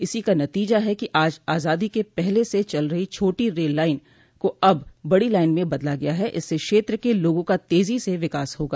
इसी का नतीजा है कि आज आजादी के पहले से चल रही छोटी रेल लाइन को अब बड़ी लाइन में बदला गया है इससे क्षेत्र के लोगों का तेजी से विकास होगा